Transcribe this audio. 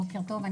בוקר טוב.